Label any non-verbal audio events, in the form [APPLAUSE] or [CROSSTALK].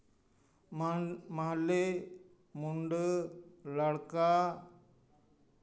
ᱢᱟᱱ [UNINTELLIGIBLE] ᱢᱟᱦᱞᱮ ᱢᱩᱰᱟᱹ ᱞᱟᱲᱠᱟ